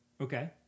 Okay